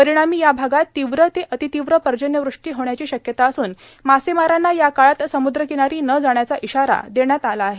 परिणामी या भागात तीव्र ते अतितीव्र पर्जन्यवृष्टी होण्याची शक्यता असून मासेमारांना या काळात समुद्रकिनारी न जाण्याचा इशारा देण्यात आला आहे